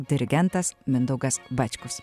dirigentas mindaugas bačkus